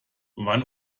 wann